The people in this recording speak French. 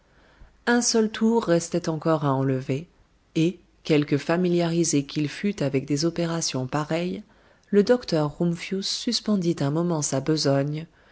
un seul tour restait encore à enlever et quelque familiarisé qu'il fût avec des opérations pareilles le docteur rumphius suspendit un moment sa besogne